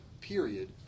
period